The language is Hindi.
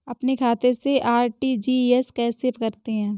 अपने खाते से आर.टी.जी.एस कैसे करते हैं?